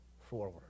forward